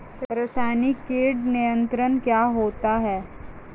रसायनिक कीट नियंत्रण क्या होता है?